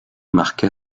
marqua